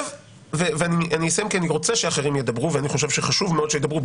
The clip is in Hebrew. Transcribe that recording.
אני אסיים כי אני רוצה שאחרים ידברו ואני חושב שחשוב מאוד שידברו,